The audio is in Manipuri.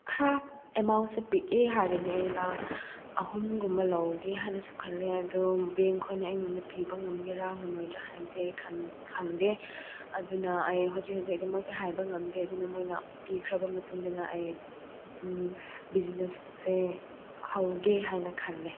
ꯈꯔ ꯑꯦꯃꯥꯎꯟꯁꯦ ꯄꯤꯛꯑꯦ ꯍꯥꯏꯔꯗꯤ ꯂꯥꯛ ꯑꯍꯨꯝꯒꯨꯝꯕ ꯂꯧꯒꯦ ꯍꯥꯏꯅꯁꯨ ꯈꯜꯂꯦ ꯑꯗꯣ ꯕꯦꯡꯈꯣꯏꯅ ꯑꯩꯉꯣꯟꯗ ꯄꯤꯕ ꯉꯝꯒꯦꯔꯥ ꯉꯝꯂꯣꯏꯗ꯭ꯔꯥ ꯍꯥꯏꯕꯗꯤ ꯑꯩ ꯈꯪꯗꯦ ꯑꯗꯨꯅ ꯑꯩ ꯍꯧꯖꯤꯛ ꯍꯧꯖꯤꯛ ꯑꯗꯨꯃꯛꯇꯤ ꯑꯩ ꯍꯥꯏꯕ ꯉꯝꯗꯦ ꯑꯗꯨꯅ ꯃꯣꯏꯅ ꯄꯤꯈ꯭ꯔꯕ ꯃꯇꯨꯡꯗꯅ ꯑꯩ ꯕꯤꯖꯤꯅꯦꯁꯁꯦ ꯍꯧꯒꯦ ꯍꯥꯏꯅ ꯈꯜꯂꯦ